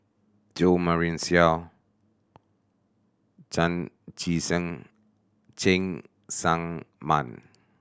Jo Marion Seow Chan Chee Seng Cheng Tsang Man